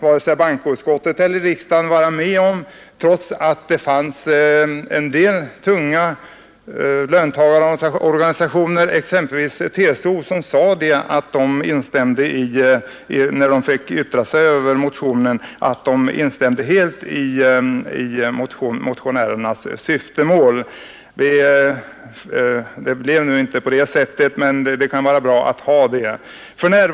Varken bankoutskottet eller riksdagen ville vara med om en sådan utredning, trots att en del tunga löntagarorganisationer, exempelvis TCO, i sina remissyttranden helt instämde i motionernas syfte. Det blev alltså inte någon utredning, men det kan vara bra att ha detta i åtanke.